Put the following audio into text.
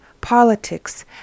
politics